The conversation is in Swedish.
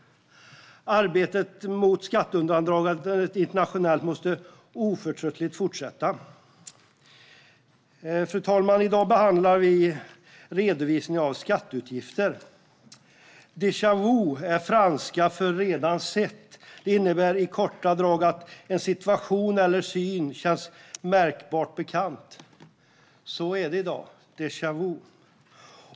Arbetet mot skatteundandragandet internationellt måste oförtröttligt fortsätta. Fru talman! I dag behandlar vi Redovisning av skatteutgifter för 2017 . Déjà vu är franska för redan sett. Det innebär i korta drag att en situation eller syn känns märkbart bekant. Så är det i dag, déjà vu.